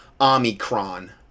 Omicron